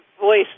voice